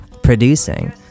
producing